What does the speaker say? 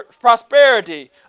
prosperity